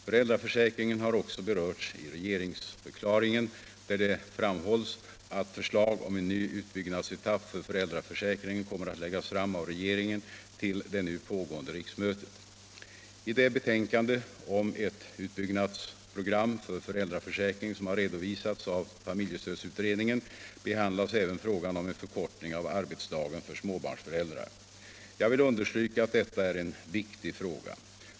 Föräldraförsäkringen har också berörts i regeringsförklaringen, där det framhålls att förslag om en ny utbyggnadsetapp för föräldraförsäkringen kommer att läggas fram av regeringen till det nu pågående riksmötet. I det betänkande om ett utbyggnadsprogram för föräldraförsäkringen som har redovisats av familjestödsutredningen behandlas även frågan om en förkortning av arbetsdagen för småbarnsföräldrar. Jag vill understryka att detta är en viktig fråga.